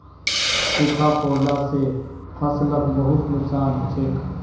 सूखा पोरला से फसलक बहुत नुक्सान हछेक